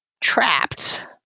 trapped